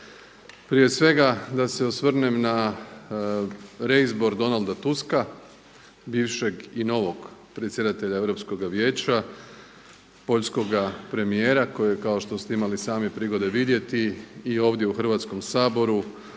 Prije svega da se osvrnem na reizbor Donalda Tuska, bivšeg i novog predsjedatelja Europskoga vijeća, poljskoga premijera kojeg kao što ste imali sami prigode vidjeti i ovdje u Hrvatskom saboru